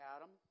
Adam